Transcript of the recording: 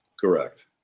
Correct